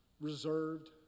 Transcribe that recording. reserved